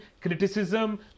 criticism